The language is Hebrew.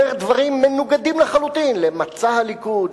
אומר דברים מנוגדים לחלוטין למצע הליכוד,